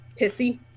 pissy